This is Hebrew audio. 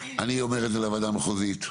אני אומר את זה לוועדה המחוזית,